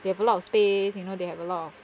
they have a lot of space you know they have a lot of